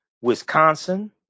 Wisconsin